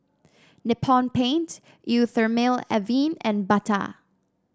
Nippon Paint Eau Thermale Avene and Bata